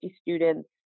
students